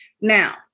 now